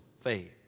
faith